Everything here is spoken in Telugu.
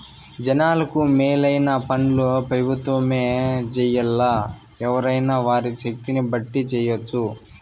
జనాలకు మేలైన పన్లు పెబుత్వమే జెయ్యాల్లా, ఎవ్వురైనా వారి శక్తిని బట్టి జెయ్యెచ్చు